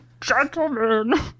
Gentlemen